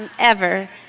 and ever.